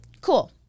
Cool